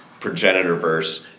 progenitor-verse